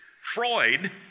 Freud